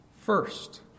first